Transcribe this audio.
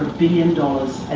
billion dollars and